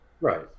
Right